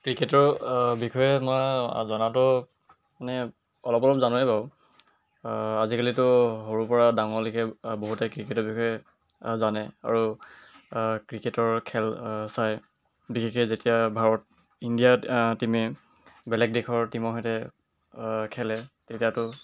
ক্ৰিকেটৰ বিষয়ে মই জনাতো মানে অলপ অলপ জানোৱেই বাৰু আজিকালিতো সৰুৰ পৰা ডাঙলৈকে বহুতে ক্ৰিকেটৰ বিষয়ে জানে আৰু ক্ৰিকেটৰ খেল চায় বিশেষকে যেতিয়া ভাৰত ইণ্ডিয়া টিমে বেলেগ দেশৰ টিমৰ সৈতে খেলে তেতিয়াতো